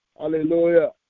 Hallelujah